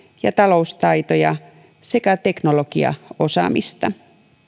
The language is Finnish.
ja taloustaitoja sekä teknologiaosaamista